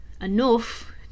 enough